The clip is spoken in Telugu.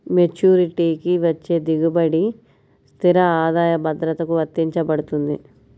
మెచ్యూరిటీకి వచ్చే దిగుబడి స్థిర ఆదాయ భద్రతకు వర్తించబడుతుంది